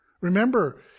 Remember